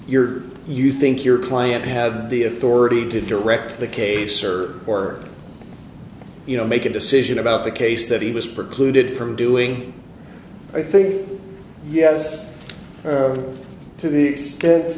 your you think your client have the authority to direct the case or or you know make a decision about the case that he was for clued in from doing i think yes to the extent